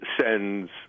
sends